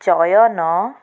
ଚୟନ